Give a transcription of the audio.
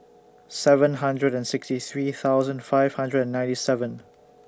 seven hundred and sixty three thousand five hundred and ninety seven